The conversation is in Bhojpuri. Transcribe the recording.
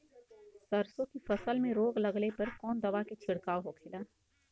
सरसों की फसल में रोग लगने पर कौन दवा के छिड़काव होखेला?